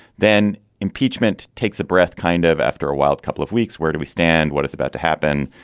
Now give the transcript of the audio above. then impeachment takes a breath, kind of after a wild couple of weeks. where do we stand? what is about to happen?